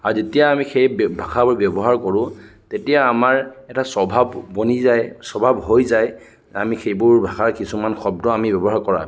আৰু যেতিয়া আমি সেই ভাষাবোৰ ব্যৱহাৰ কৰোঁ তেতিয়া আমাৰ এটা স্বভাৱ বনি যায় স্বভাৱ হৈ যায় আমি সেইবোৰ ভাষাৰ কিছুমান শব্দ আমি ব্যৱহাৰ কৰাত